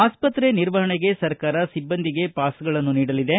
ಆಸ್ಪತ್ರೆ ನಿರ್ವಹಣೆಗೆ ಸರ್ಕಾರ ಸಿಬ್ಬಂದಿಗೆ ಪಾಸ್ಗಳನ್ನು ನೀಡಲಿದೆ